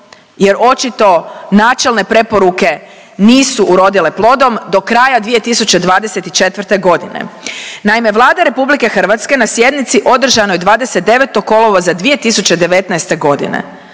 jer očito načelne preporuke nisu urodile plodom do kraja 2024.g.. Naime, Vlada RH na sjednici održanoj 29. kolovoza 2019.g.,